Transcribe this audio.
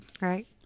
Right